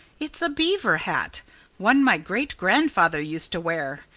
it's a beaver hat one my great-grandfather used to wear.